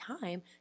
time